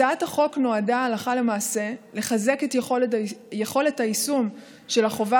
הצעת החוק נועדה לחזק הלכה למעשה את יכולת היישום של החובה